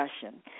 discussion